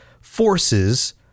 forces